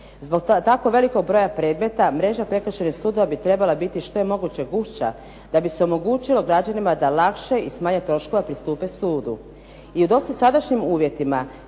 Zbog tako velikog broja predmeta mreža prekršajnih sudova bi trebala biti što je moguće gušća da bi se omogućilo građanima da lakše i s manje troškova pristupe sudu. I u dosadašnjim uvjetima